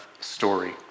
story